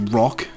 rock